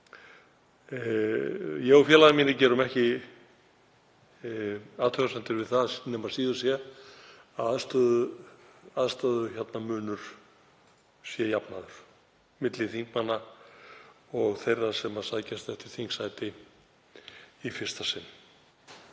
Ég og félagar mínir gerum ekki athugasemdir við það nema síður sé að aðstöðumunur sé jafnaður milli þingmanna og þeirra sem sækjast eftir þingsæti í fyrsta sinn.